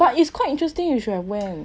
but it's quite interesting you should have went